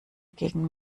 gegen